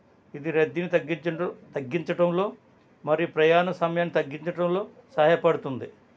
ఇది రద్దీని తగ్గించడం తగ్గించటంలో మరియు ప్రయాణ సమయాన్ని తగ్గించటంలో సహాయపడుతుంది